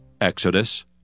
Exodus